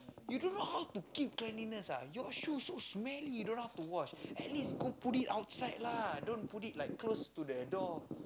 you don't know how to keep cleanliness ah your shoe so smelly you don't know how to wash at least go put it outside lah don't put it like close to the door